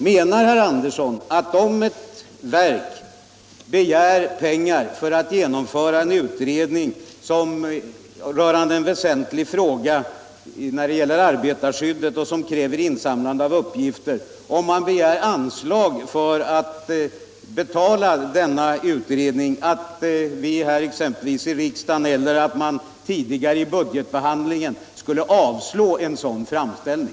Menar herr Andersson att de verk som begär anslag för att betala exempelvis en utredning rörande en väsentlig fråga inom arbetarskyddet, som kräver insamlande av uppgifter, skulle få avslag härpå vid budgetbehandlingen?